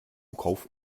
kauft